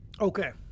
Okay